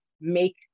make